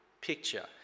picture